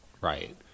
right